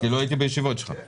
כי לא הייתי בישיבות שלך,